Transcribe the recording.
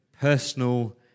personal